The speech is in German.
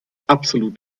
absolut